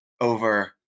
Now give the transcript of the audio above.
over